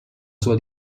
sua